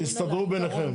אני מציע שתסתדרו ביניכם.